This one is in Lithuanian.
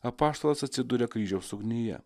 apaštalas atsiduria kryžiaus ugnyje